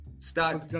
Start